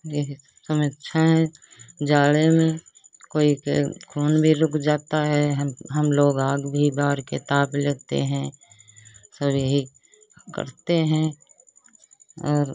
यही समस्याएँ जाड़े में कोई के खून भी रुक जाता है हम हम लोग आग भी बार के ताप लेते हैं सब यही करते हैं और